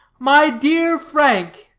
my dear frank,